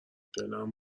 دلم